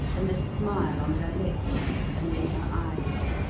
and a smile on her lips and in her eyes.